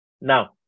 Now